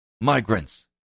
migrants